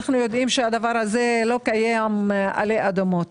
אנו יודעים שזה לא קיים עלי אדמות.